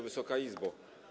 Wysoka Izbo!